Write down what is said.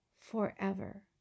forever